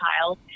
child